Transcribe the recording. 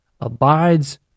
abides